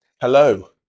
Hello